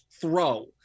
throw